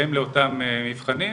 בהתאם לאותם מבחנים,